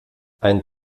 ein